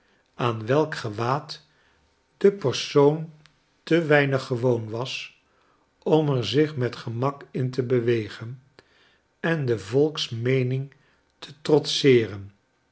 aan welk gewaad de persoon te weinig gewoon was om er zich metgemakin te bewegen en de volksmeening tetrotseeren